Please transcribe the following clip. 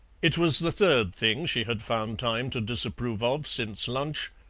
it was the third thing she had found time to disapprove of since lunch,